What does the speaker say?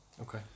okay